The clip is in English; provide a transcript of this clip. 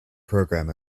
program